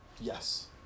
Yes